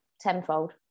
tenfold